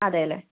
അതെ അല്ലേ